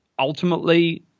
Ultimately